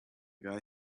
guy